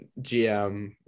GM